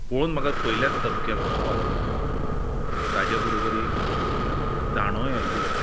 पळोवन म्हाका पयल्याच धपक्याक तो आवडलो ताच्या बरोबर एक दांडोय आयिल्लो